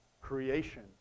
creation